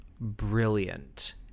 brilliant